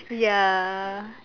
ya